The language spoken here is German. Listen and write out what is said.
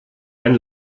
ein